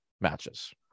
matches